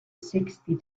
sixty